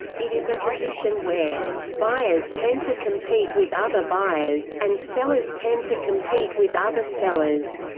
it is a condition where buyers tend to compete with other buyers, and sellers tend to compete with other sellers.